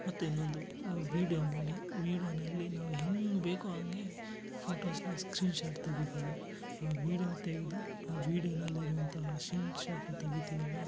ಮತ್ತೆ ಇನ್ನೊಂದು ವೀಡ್ಯೊ ಮಾಡಿ ವೀಡ್ಯೊನಲ್ಲಿ ನಾವು ಹೆಂಗೆ ಬೇಕೊ ಹಂಗೆ ಫೋಟೋಸನ್ನ ಸ್ಕ್ರೀನ್ಶಾಟ್ ತೆಗಿಬೌದು ಆ ವೀಡ್ಯೊ ತೆಗೆದು ಆ ವೀಡ್ಯೊನಲ್ಲಿರುವಂತಹ ಶಿನ್ಶಾಟು ತೆಗಿತಿವಲ್ಲ